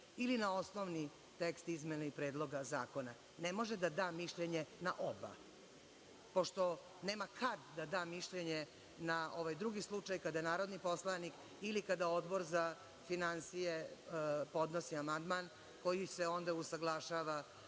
ili na osnovni tekst izmena predloga zakona? Ne može da da mišljenje na oba, pošto nema kad da da mišljenje na ovaj drugi slučaj kada narodni poslanik ili kada Odbor za finansije podnosi amandman koji se onda usaglašava